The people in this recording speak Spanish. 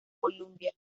columbia